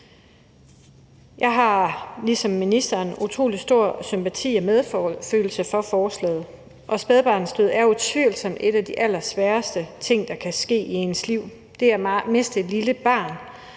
Jeg har ligesom ministeren utrolig stor sympati og medfølelse for forslaget, og spædbarnsdød er utvivlsomt en af de allersværeste ting, der kan ske i ens liv. Det at miste et lille barn,